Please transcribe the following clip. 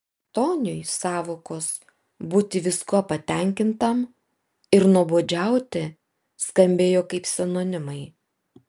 toniui sąvokos būti viskuo patenkintam ir nuobodžiauti skambėjo kaip sinonimai